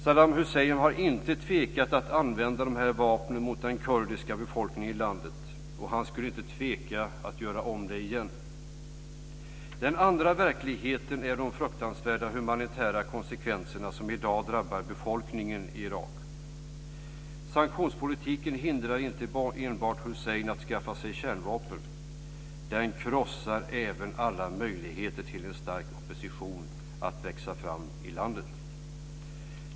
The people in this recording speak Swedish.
Saddam Hussein har inte tvekat att använda vapnen mot den kurdiska befolkningen i landet, och han skulle inte tveka att göra om det igen. Den andra verkligheten är de fruktansvärda humanitära konsekvenserna som i dag drabbar befolkningen i Irak. Sanktionspolitiken hindrar inte enbart Hussein att skaffa sig kärnvapen, den krossar även alla möjligheter för en stark opposition att växa fram i landet.